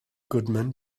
goodman